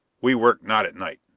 we work not at night.